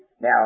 Now